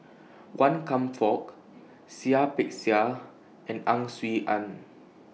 Wan Kam Fook Seah Peck Seah and Ang Swee Aun